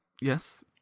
Yes